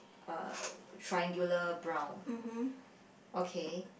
uh triangular brown okay